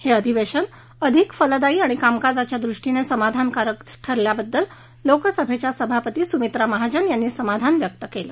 हे अधिवेशन अधिक फलदायी आणि कामकाजाच्या दृष्टीने समाधान कारक झाल्याबद्दल लोकसभेच्या सभापती सुमित्रा महाजन यांनी समाधान व्यक्त केलं